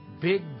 Big